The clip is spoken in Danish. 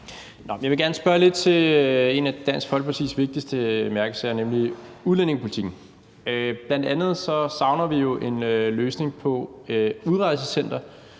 Jeg vil gerne spørge lidt ind til en af Dansk Folkepartis vigtigste mærkesager, nemlig udlændingepolitikken. Vi savner bl.a. en løsning på et udrejsecenter,